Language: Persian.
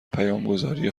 پیامگذاری